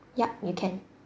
ya you can